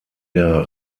der